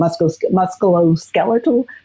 musculoskeletal